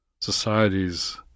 Societies